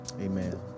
Amen